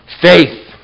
faith